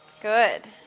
Good